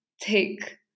take